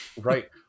right